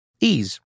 Ease